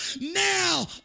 now